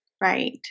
Right